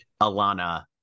Alana